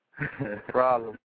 problem